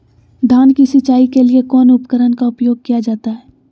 धान की सिंचाई के लिए कौन उपकरण का उपयोग किया जाता है?